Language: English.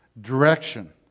direction